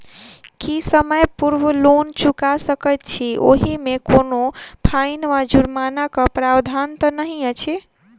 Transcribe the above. की समय पूर्व लोन चुका सकैत छी ओहिमे कोनो फाईन वा जुर्मानाक प्रावधान तऽ नहि अछि?